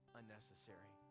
unnecessary